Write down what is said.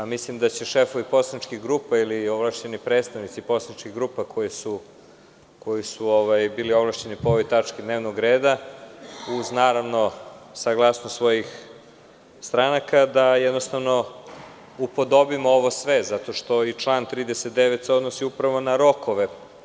Mislim da će šefovi poslaničkih grupa ili ovlašćeni predstavnici poslaničkih grupa koji su bili ovlašćeni po ovoj tački dnevnog reda, uz saglasnost svojih stranaka, da upodobimo sve ovo, zato što se i član 39. odnosi upravo na rokove.